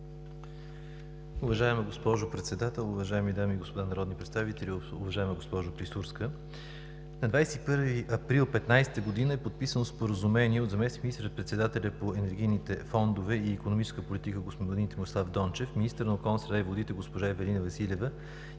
Уважаема госпожо Председател, уважаеми дами и господа народни представители, уважаема госпожо Клисурска! На 21 април 2015 г. е подписано споразумение от заместник-министър председателя по енергийните фондове и икономическа политика господин Томислав Дончев, министъра на околната среда и водите госпожа Ивелина Василева